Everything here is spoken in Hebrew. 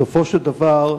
בסופו של דבר,